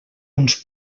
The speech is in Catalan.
uns